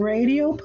Radio